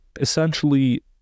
essentially